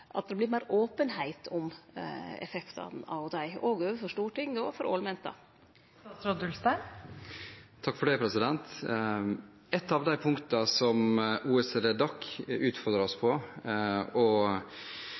at det vert meir openheit om effektane av dei, òg overfor Stortinget og overfor ålmenta? Ett av de punktene som OECD DAC utfordret oss på, og